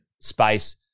space